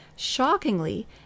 Shockingly